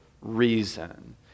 reason